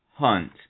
hunt